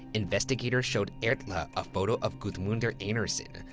investigators showed erla a photo of gudmundur einarsson,